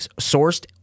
sourced